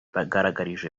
bagaragarije